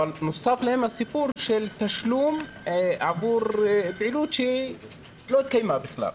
אבל נוסף להם הסיפור של תשלום עבור פעילות שלא התקיימה בכלל.